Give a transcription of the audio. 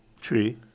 tree